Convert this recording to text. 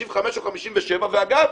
55 או 57. ואגב,